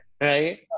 right